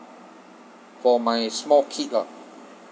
for my small kid lah